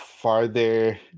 farther